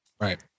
Right